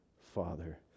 Father